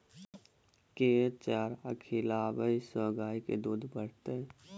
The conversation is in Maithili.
केँ चारा खिलाबै सँ गाय दुध बढ़तै?